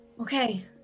okay